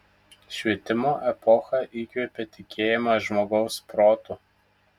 švietimo epocha įkvėpė tikėjimą žmogaus protu